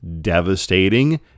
devastating